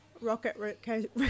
Rocket